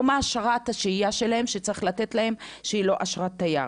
או מה אשרת השהייה שצריך לתת להם שהיא לא אשרת תייר?